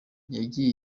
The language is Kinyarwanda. yagiye